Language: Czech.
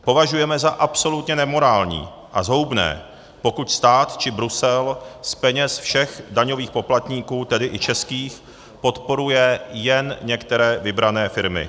Považujeme za absolutně nemorální a zhoubné, pokud stát či Brusel z peněz všech daňových poplatníků, tedy i českých, podporuje jen některé vybrané firmy.